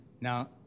Now